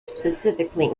specifically